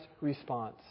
response